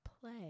play